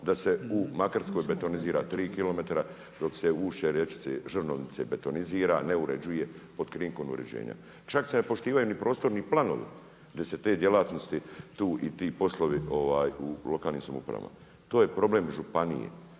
da se u Makarskoj botanizira 3 km, dok se ušće rječice Žrnovnice botanizira, ne uređuje pod krinkom uređenja. Čak se ne poštivaju ni prostorni planovi, gdje se te djelatnosti i ti poslovi u lokalnim samoupravama. To je problem županije,